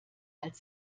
als